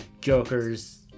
Joker's